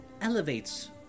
elevates